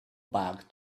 back